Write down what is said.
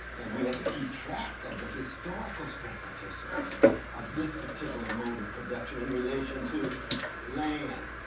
and we have to keep track of the historical specificity of this particular mode of production in relation to land.